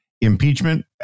impeachment